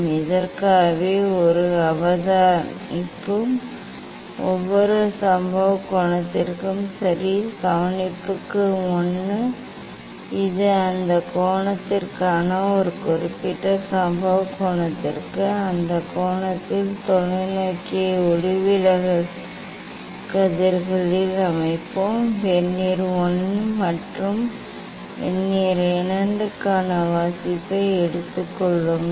இதற்காகவே ஒவ்வொரு அவதானிப்பும் ஒவ்வொரு சம்பவ கோணத்திற்கும் சரி கவனிப்புக்கு 1 இது அந்த கோணத்திற்கான ஒரு குறிப்பிட்ட சம்பவ கோணத்திற்கு அந்த கோணத்தில் தொலைநோக்கியை ஒளிவிலகல் கதிர்களில் அமைப்போம் வெர்னியர் I மற்றும் வெர்னியர் II க்கான வாசிப்பை எடுத்துக்கொள்வோம்